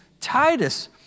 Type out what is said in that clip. Titus